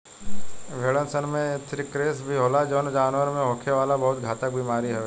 भेड़सन में एंथ्रेक्स भी होला जवन जानवर में होखे वाला बहुत घातक बेमारी हवे